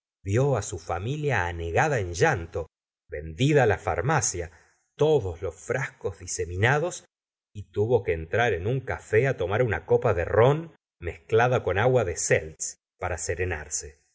vió su familia anegada en llanto vendida la farmacia todos los frascos diseminados y tuvo que entrar en un café á tomar una copa de ron mezclada con agua de seltz para serenarse